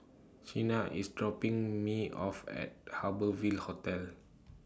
Chynna IS dropping Me off At Harbour Ville Hotel